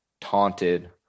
taunted